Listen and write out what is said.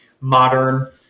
modern